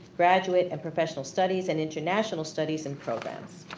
graduate and professional studies and international studies and programs.